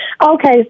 Okay